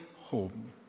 home